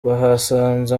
bahasanze